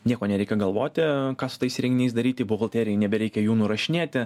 nieko nereikia galvoti ką su tais renginiais daryti buhalterijai nebereikia jų nurašinėti